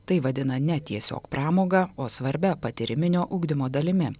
tai vadina ne tiesiog pramoga o svarbia patyriminio ugdymo dalimi